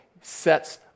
sets